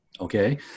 okay